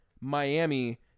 Miami